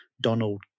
Donald